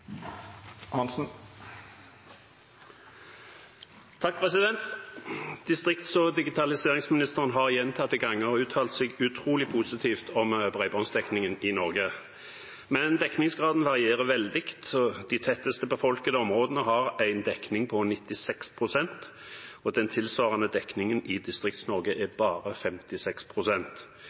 utrolig positivt om bredbåndsdekningen i Norge, men dekningsgraden varierer veldig. De tettest befolkede områdene har en dekning på 96 pst. Dekningen i Distrikts-Norge er bare